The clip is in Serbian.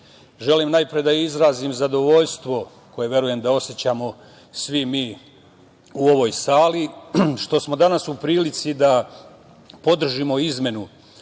želim najpre da izrazim zadovoljstvo, koje verujem da osećamo svi mi u ovoj sali, što smo danas u prilici da podržimo izmenu